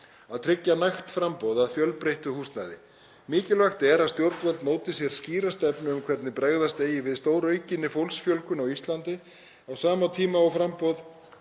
að tryggja nægt framboð af fjölbreyttu húsnæði. Mikilvægt er að stjórnvöld móti sér skýra stefnu um hvernig bregðast eigi við stóraukinni fólksfjölgun á Íslandi á sama tíma og framboð